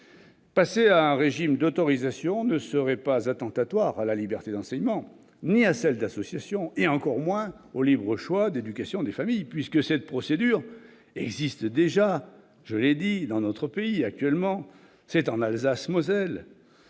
Passer à un régime d'autorisation ne serait pas attentatoire à la liberté d'enseignement ni à celle d'association, et encore moins au libre choix d'éducation des familles, puisque cette procédure existe déjà dans notre pays actuellement, en Alsace-Moselle,